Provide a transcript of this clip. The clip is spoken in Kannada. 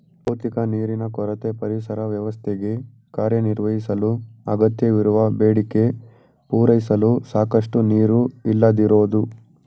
ಭೌತಿಕ ನೀರಿನ ಕೊರತೆ ಪರಿಸರ ವ್ಯವಸ್ಥೆಗೆ ಕಾರ್ಯನಿರ್ವಹಿಸಲು ಅಗತ್ಯವಿರುವ ಬೇಡಿಕೆ ಪೂರೈಸಲು ಸಾಕಷ್ಟು ನೀರು ಇಲ್ಲದಿರೋದು